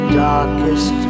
darkest